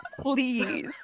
Please